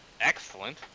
Excellent